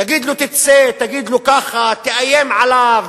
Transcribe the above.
תגיד לו: תצא, תגיד לו ככה, תאיים עליו.